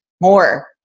more